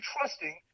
trusting